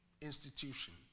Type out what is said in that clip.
institution